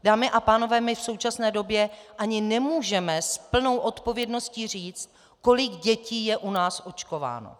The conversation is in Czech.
Dámy a pánové, my v současné době ani nemůžeme s plnou odpovědností říct, kolik dětí je u nás očkováno.